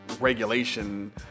regulation